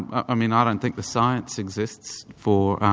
i mean i don't think the science exists for